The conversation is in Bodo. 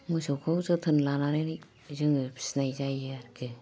मोसौखौ जोथोन लानानै जोङो फिनाय जायो आरखि